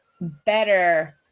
better